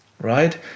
right